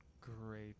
great